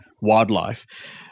wildlife